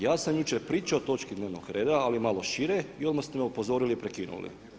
Ja sam jučer pričao o točki dnevnog reda, ali malo šire i odmah ste me upozorili i prekinuli.